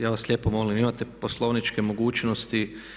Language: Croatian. Ja vas lijepo molim, imate poslovničke mogućnosti.